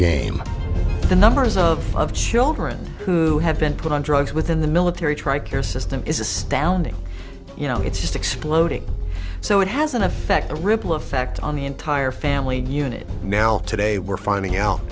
game the numbers of of children who have been put on drugs within the military tri care system is astounding you know it's just exploding so it has an effect the ripple effect on the entire family unit now today we're finding out